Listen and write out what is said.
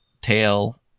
tail